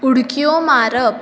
उडक्यो मारप